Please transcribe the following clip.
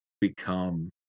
become